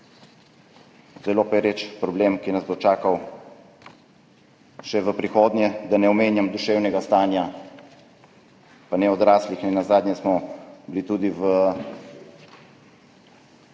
zelo pereč problem, ki nas bo čakal še v prihodnje. Da ne omenjam duševnega stanja, pa ne le odraslih, nenazadnje smo bili tudi v